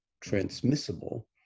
transmissible